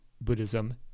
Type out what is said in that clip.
Buddhism